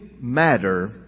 matter